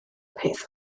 peth